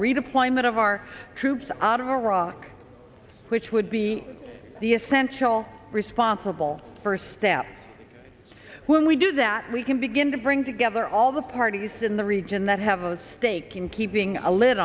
redeployment of our troops out of iraq which would be the essential responsible first step when we do that we can begin to bring together all the parties in the region that have a stake in keeping a li